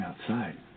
outside